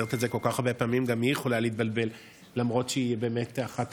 לשמור אמונים למדינת ישראל ולמלא באמונה